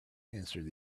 answered